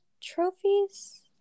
trophies